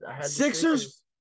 Sixers